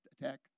attack